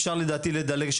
אפשר לדעתי לדלג.